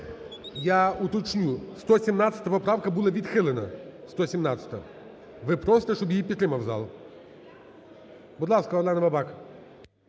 Я уточню: 117 поправка була відхилена, 117-а. Ви просто, щоб її підтримав зал? Будь ласка, Альона Бабак.